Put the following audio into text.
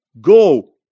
Go